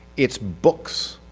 it's books!